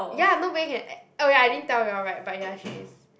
ya nobody can oh ya I didn't tell you all right but ya she is